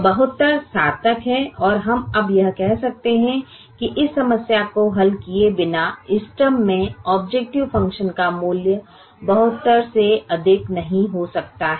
तो 72 सार्थक है और हम अब यह कह सकते हैं कि इस समस्या को हल किए बिना इष्टतम में ऑबजेकटिव फ़ंक्शन का मूल्य 72 से अधिक नहीं हो सकता है